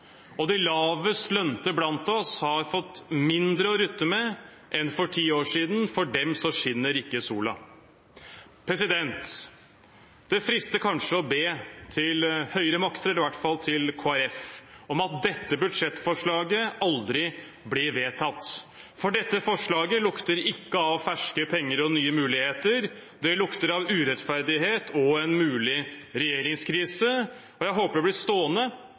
De lavest lønte blant oss har fått mindre å rutte med enn for ti år siden. For dem skinner ikke solen. Det frister kanskje å be til høyere makter, eller i hvert fall til Kristelig Folkeparti, om at dette budsjettforslaget aldri blir vedtatt. For dette forslaget lukter ikke av ferske penger og nye muligheter. Det lukter av urettferdighet og en mulig regjeringskrise, og jeg håper det blir stående